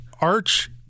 arch